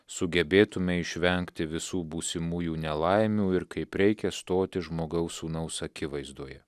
sugebėtume išvengti visų būsimųjų nelaimių ir kaip reikia stoti žmogaus sūnaus akivaizdoje